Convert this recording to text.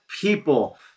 people